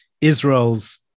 Israel's